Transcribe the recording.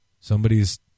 Somebody's